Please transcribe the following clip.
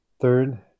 Third